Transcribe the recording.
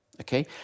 Okay